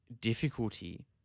difficulty